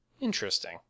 Interesting